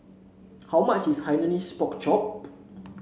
how much is Hainanese Pork Chop